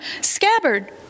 scabbard